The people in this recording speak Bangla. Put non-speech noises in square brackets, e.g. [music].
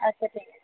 আচ্ছা ঠিক [unintelligible]